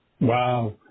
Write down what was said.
Wow